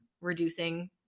reducing